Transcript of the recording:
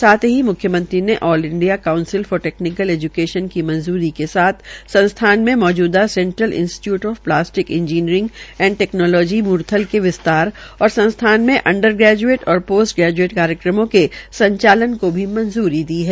साथ ही मुख्यमंत्रीने all India council for technical education की मंजूरी के साथ संस्थान में मौजूदा central institute of of plastic engineering and technology Murthal के और संस्थान में अडंर ग्रेज्ऐट और पोस्ट ग्रेज्ऐट कार्यक्रमों के संचालन को भी मंजूरी दे दी है